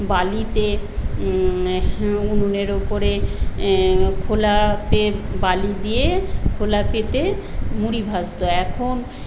বালিতে উনুনের উপরে খোলাতে বালি দিয়ে খোলা পেতে মুড়ি ভাজতো এখন